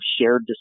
shared